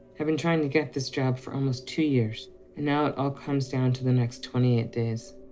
i've been trying to get this job for almost two years, and now it all comes down to the next twenty eight days.